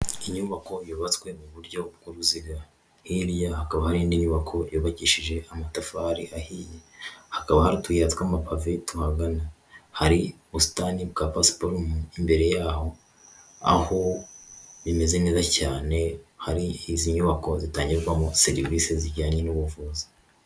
Iyi nyubako yubatswe mu buryo bw'uruziga. Hirya hakaba hari indi nyubako yubakishije amatafari ahiye. Hakaba hari utuyira tw'amapave tuhagana. Hari ubusitani bwa pasiparume imbere yaho, aho bimeze neza cyane hari izi nyubako zitangirwamo serivisi zijyanye n'ubuvuzi.